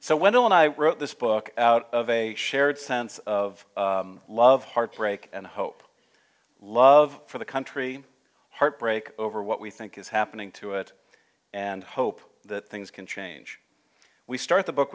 and i wrote this book out of a shared sense of love heartbreak and hope love for the country heartbreak over what we think is happening to it and hope that things can change we start the book